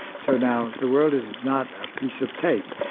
so now the world is not a piece of tape,